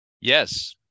Yes